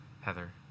Heather